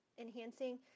enhancing